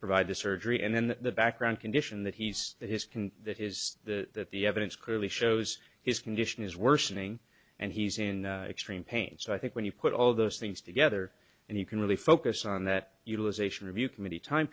provide the surgery and then the background condition that he's in his can that his that the evidence clearly shows his condition is worsening and he's in extreme pain so i think when you put all those things together and you can really focus on that utilization review committee time